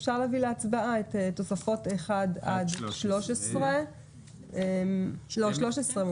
אפשר להביא להצבעה את התוספות 1 עד 12. מי